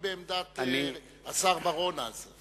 אני היחידי שתמכתי בעמדת השר בר-און אז.